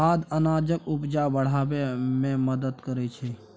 खाद अनाजक उपजा बढ़ाबै मे मदद करय छै